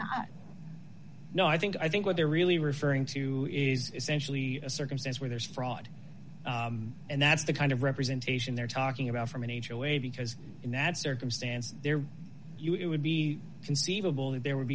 not no i think i think what they're really referring to is essentially a circumstance where there's fraud and that's the kind of representation they're talking about from a major way because in that circumstance there you know it would be conceivable that there would